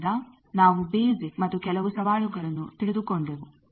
ಇದರಿಂದ ನಾವು ಬೇಸಿಕ್ ಮತ್ತು ಕೆಲವು ಸವಾಲುಗಳನ್ನು ತಿಳಿದುಕೊಂಡೆವು